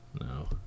No